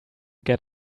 get